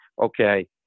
okay